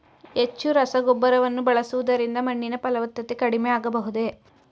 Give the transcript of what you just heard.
ಹೆಚ್ಚು ರಸಗೊಬ್ಬರವನ್ನು ಬಳಸುವುದರಿಂದ ಮಣ್ಣಿನ ಫಲವತ್ತತೆ ಕಡಿಮೆ ಆಗಬಹುದೇ?